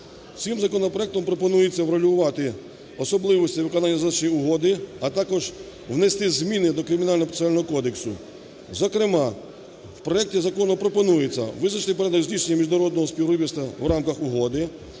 Цим законопроектом пропонується врегулювати особливості виконання зазначеної угоди, а також внести зміни до Кримінального процесуального кодексу, зокрема, у проекті закону пропонується: визначити порядок здійснення міжнародного співробітництва у рамках угоди;